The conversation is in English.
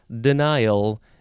denial